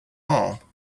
all